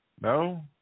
No